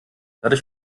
dadurch